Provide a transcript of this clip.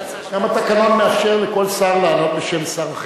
גם התקנון מאפשר לכל שר לענות בשם שר אחר,